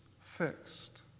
fixed